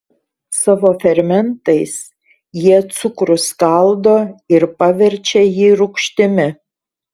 savo fermentais jie cukrų skaldo ir paverčia jį rūgštimi